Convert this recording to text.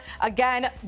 Again